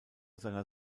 seiner